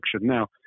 now